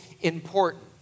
important